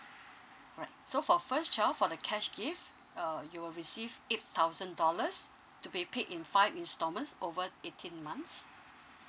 right so for first child for the cash gift err you will receive eight thousand dollars to be paid in five installments over eighteen months